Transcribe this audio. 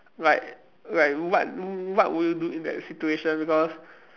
like like what what would you do in that situation because